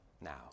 now